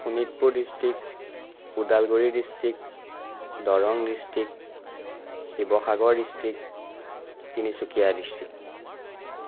Sonitpur district Udalguri district Darrang district Sivasagar district Tinsukia district